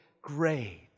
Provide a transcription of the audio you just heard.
great